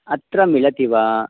अत्र मिलति वा